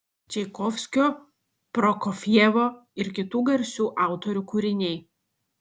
čaikovskio prokofjevo ir kitų garsių autorių kūriniai